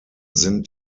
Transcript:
sind